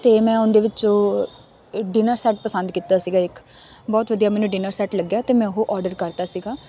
ਅਤੇ ਮੈਂ ਉਹਦੇ ਵਿੱਚੋਂ ਇਹ ਡਿਨਰ ਸੈਟ ਪਸੰਦ ਕੀਤਾ ਸੀਗਾ ਇੱਕ ਬਹੁਤ ਵਧੀਆ ਮੈਨੂੰ ਡਿਨਰ ਸੈਟ ਲੱਗਿਆ ਅਤੇ ਮੈਂ ਉਹ ਆਰਡਰ ਕਰਤਾ ਸੀਗਾ